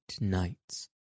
nights